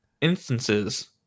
instances